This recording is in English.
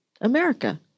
America